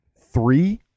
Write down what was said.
three